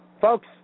folks